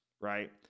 right